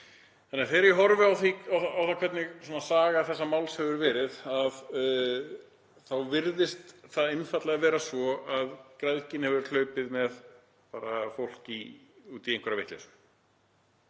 alls. Þegar ég horfi á það hvernig saga þessa máls hefur verið þá virðist einfaldlega vera svo að græðgin hefur hlaupið með fólk út í einhverja vitleysu.